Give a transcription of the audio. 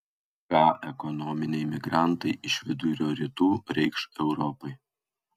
ką ekonominiai migrantai iš vidurio rytų reikš europai